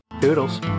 Doodles